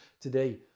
today